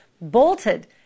bolted